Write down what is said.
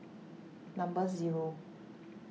number zero